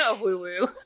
woo-woo